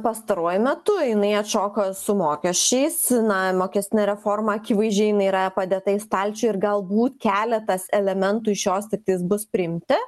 pastaruoju metu jinai atšoko su mokesčiais na mokestinė reforma akivaizdžiai jinai yra padėta į stalčių ir galbūt keletas elementų iš jos tiktai bus priimti